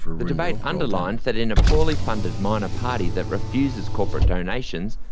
the debate underlined that in a poorly-funded minor party that refuses corporate donations,